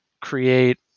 create